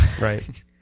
right